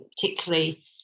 particularly